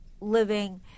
living